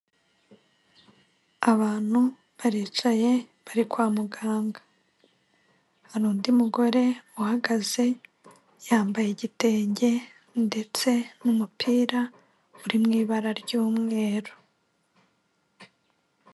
Abantu baricaye bari kwa muganga, hari undi mugore uhagaze yambaye igitenge ndetse n'umupira uri mu ibara ry'umweru.